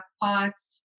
POTS